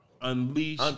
unleash